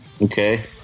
Okay